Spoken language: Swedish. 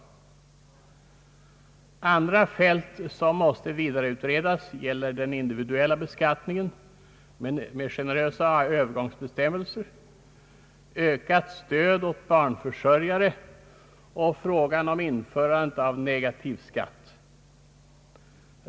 Andra fält som måste vidareutredas gäller den individuella beskattningen — med generösa övergångsbestämmelser — ökat stöd åt barnförsörjare och frågan om införandet av negativ skatt.